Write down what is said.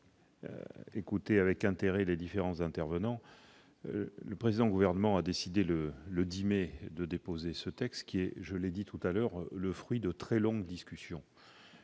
écoutés avec intérêt. Le précédent gouvernement a décidé le 10 mai de déposer ce texte, qui est, je l'ai dit tout à l'heure, le fruit de très longues discussions.